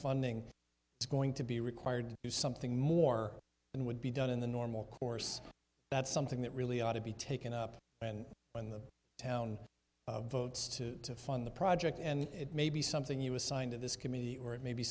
funding is going to be required do something more than would be done in the normal course that's something that really ought to be taken up and when the town votes to fund the project and it may be something you assigned to this committee or it may be